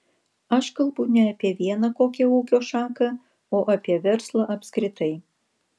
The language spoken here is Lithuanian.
aš kalbu ne apie vieną kokią ūkio šaką o apie verslą apskritai